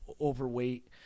overweight